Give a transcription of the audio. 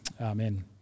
Amen